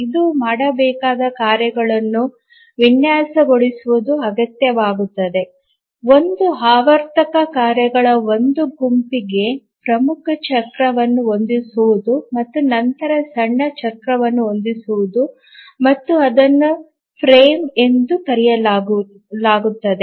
ಇದು ಮಾಡಬೇಕಾದ ಕಾರ್ಯಗಳನ್ನು ವಿನ್ಯಾಸಗೊಳಿಸುವುದು ಅಗತ್ಯವಾಗಿರುತ್ತದೆ ಒಂದು ಆವರ್ತಕ ಕಾರ್ಯಗಳ ಒಂದು ಗುಂಪಿಗೆ ಪ್ರಮುಖ ಚಕ್ರವನ್ನು ಹೊಂದಿಸುವುದು ಮತ್ತು ನಂತರ ಸಣ್ಣ ಚಕ್ರವನ್ನು ಹೊಂದಿಸುವುದು ಮತ್ತು ಅದನ್ನು ಫ್ರೇಮ್ ಎಂದೂ ಕರೆಯಲಾಗುತ್ತದೆ